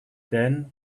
then